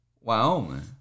Wyoming